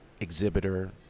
exhibitor